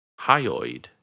Hyoid